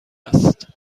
است